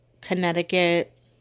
Connecticut